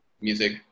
music